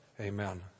Amen